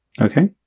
Okay